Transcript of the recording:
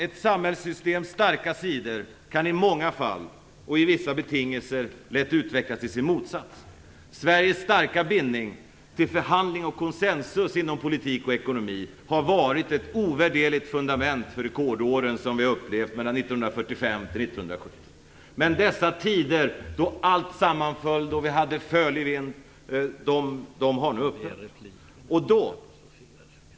Ett samhällssystems starka sidor kan i många fall, och under vissa betingelser, lätt utvecklas till sin motsats. Sveriges starka bindning till förhandling och koncensus inom politik och ekonomi har varit ett ovärderligt fundament för rekordåren som vi har upplevt mellan 1945 och 1970. Men dessa tider då allt sammanföll, då vi hade förlig vind, har nu upphört.